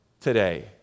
today